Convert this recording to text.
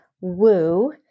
woo